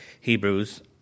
Hebrews